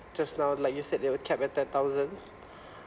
just now like you said it will cap at ten thousand